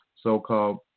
so-called